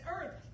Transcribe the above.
earth